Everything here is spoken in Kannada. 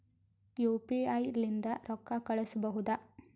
ಯು.ಪಿ.ಐ ಲಿಂದ ರೊಕ್ಕ ಕಳಿಸಬಹುದಾ?